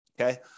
okay